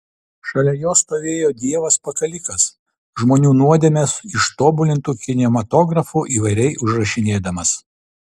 šalia jo stovėjo dievas pakalikas žmonių nuodėmes ištobulintu kinematografu įvairiai užrašinėdamas